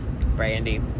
Brandy